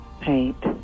Paint